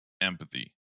empathy